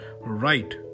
right